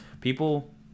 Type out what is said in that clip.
people